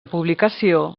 publicació